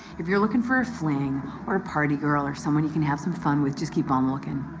if you're looking for a fling or a party girl or someone you can have some fun with, just keep on looking.